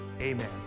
amen